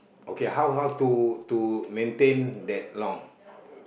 okay how how to to maintain that long